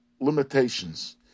limitations